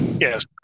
yes